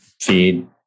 feed